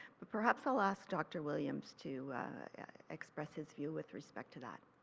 but perhaps i will ask dr williams to express his view with respect to that.